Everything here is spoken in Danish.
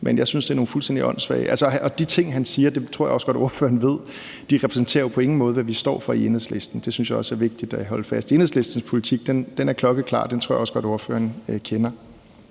Men jeg synes, det er noget fuldstændig åndssvagt, og de ting, han siger, og det tror jeg også godt ordføreren ved, repræsenterer jo på ingen måde, hvad vi står for i Enhedslisten. Det synes jeg også er vigtigt at holde fast i. Enhedslistens politik er klokkeklar, og den tror jeg også godt ordføreren kender.